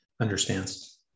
understands